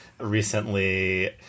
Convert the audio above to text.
recently